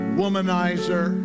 womanizer